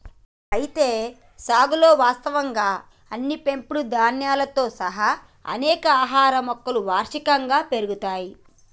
అయితే సాగులో వాస్తవంగా అన్ని పెంపుడు ధాన్యాలతో సహా అనేక ఆహార మొక్కలు వార్షికంగా పెరుగుతాయి